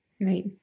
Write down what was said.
Right